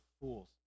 fools